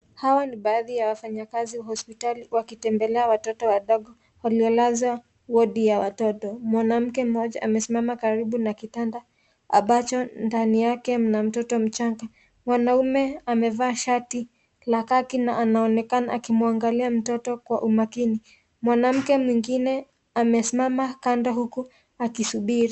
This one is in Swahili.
Hawa ni baadhi ya wafanyakazi hospitali wakiitembelea watoto wadogo waliolazwa wodi ya watoto. Mwanamke mmoja amesimama karibu na kitanda ambacho ndani yake mna mtoto mchanga. Mwanaume amevaa shati la kaki na anaonekana akimwangalia mtoto kwa umakini. Mwanamke mwingine amesimama kando huku akisubiri.